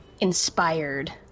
inspired